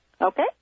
Okay